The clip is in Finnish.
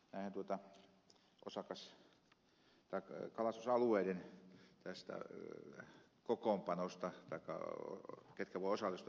tässä tapauksessa näiden kalastusalueiden kokoonpanosta taikka siitä ketkä voivat osallistua näihin kokouksiin tuli kova kina